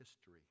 history